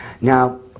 Now